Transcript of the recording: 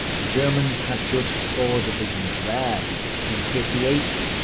the germans had just four divisions there the fifty eighth,